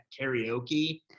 karaoke